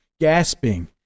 gasping